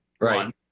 Right